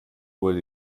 wurde